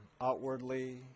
outwardly